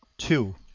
two.